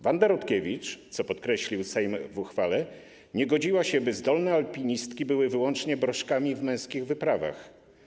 Wanda Rutkiewicz, co podkreślił Sejm w uchwale, nie godziła się, by zdolne alpinistki były wyłącznie broszkami w męskich wyprawach.